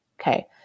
Okay